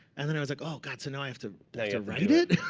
and then i was like, oh, god. so now i have to like write it?